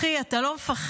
אחי, אתה לא מפחד?